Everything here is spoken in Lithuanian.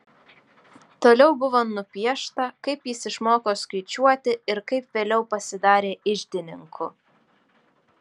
toliau buvo nupiešta kaip jis išmoko skaičiuoti ir kaip vėliau pasidarė iždininku